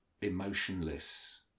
emotionless